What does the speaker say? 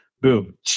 boom